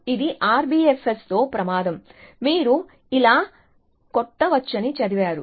ఇది RBFS తో ప్రమాదం మీరు ఇలా కొట్టవచ్చని చదివారు